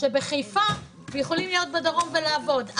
שבחיפה יכולים להיות בדרום ולעבוד.